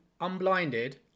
unblinded